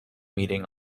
meeting